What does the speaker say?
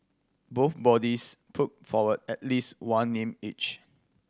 both bodies put forward at least one name each